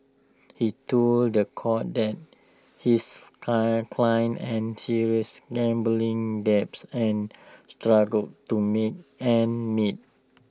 he told The Court that his client client and serious gambling debts and struggled to make ends meet